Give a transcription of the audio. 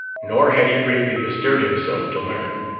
nor had he greatly bestirred himself to learn.